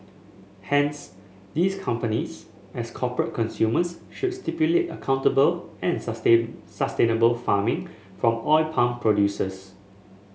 hence these companies as corporate consumers should stipulate accountable and sustain sustainable farming from oil palm producers